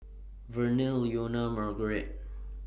Verner Leonia Marguerite